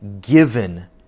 given